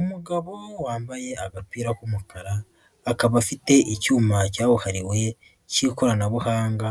Umugabo wambaye agapira k'umukara akaba afite icyuma cyabuhariwe k'ikoranabuhanga